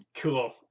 Cool